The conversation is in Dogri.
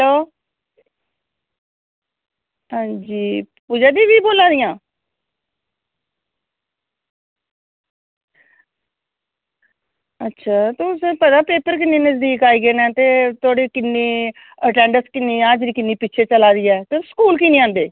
हैल्लो हां जी पूज़ा दीदी बोल्ला दियां अच्छा ते पता तोहानू पेपर किन्नें नज़दीक आई गे नै ते तोहाड़ी किन्नी अटैंडैंस किन्नी ऐ हाज़री किन्नी ऐं पिच्छें चला दी ऐ तुस स्कूल की नी आंदे